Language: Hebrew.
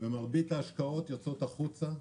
ומרבית ההשקעות יוצאות החוצה,